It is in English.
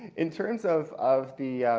in terms of of the